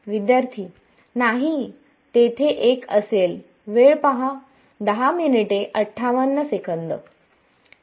विद्यार्थी नाही तेथे एक असेल